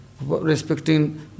respecting